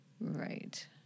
Right